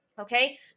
okay